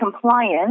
compliance